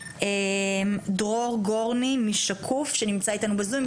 דרור גורני מ"שקוף" שנמצא איתנו בזום.